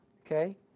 Okay